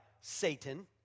Satan